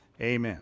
amen